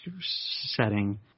setting